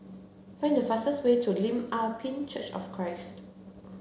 find the fastest way to Lim Ah Pin Church of Christ